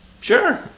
sure